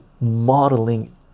modeling